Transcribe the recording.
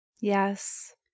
yes